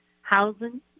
housing